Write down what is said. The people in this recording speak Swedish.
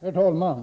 Herr talman!